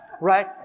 right